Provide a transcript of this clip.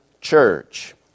church